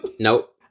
nope